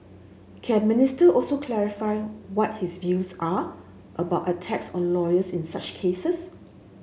can Minister also clarify what his views are about attacks on lawyers in such cases